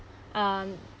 um